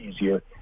easier